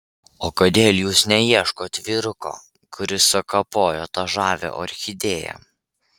o kodėl jūs neieškot vyruko kuris sukapojo tą žavią orchidėją